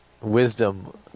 wisdom